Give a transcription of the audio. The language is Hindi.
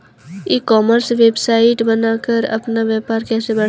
ई कॉमर्स वेबसाइट बनाकर अपना व्यापार कैसे बढ़ाएँ?